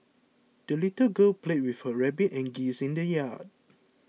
the little girl played with her rabbit and geese in the yard